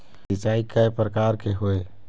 सिचाई कय प्रकार के होये?